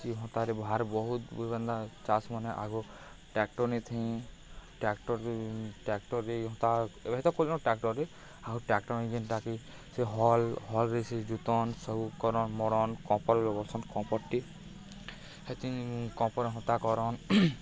ସେ ହତାରେ ଭାର୍ ବହୁତ୍ ହେନ୍ତା ଚାଷ୍ ମାନେ ଆଗ ଟ୍ରାକ୍ଟର୍ ନେ ଥାଇ ଟ୍ରାକ୍ଟର୍ ଟ୍ରାକ୍ଟର୍ରେ ହତା ଏବେ ତ କଲୁନ ଟ୍ରାକ୍ଟର୍ରେ ଆଉ ଟ୍ରାକ୍ଟର୍ ଇଞ୍ଜିନ୍ଟାକେ ସେ ହଲ୍ ହଲ୍ରେ ସେ ଜୁତନ୍ ସବୁ କରନ୍ ମରନ୍ କମ୍ପର୍ ବଲ୍ସନ୍ କମ୍ପରଟେ ସେ କମ୍ପର୍ ହତା କରନ୍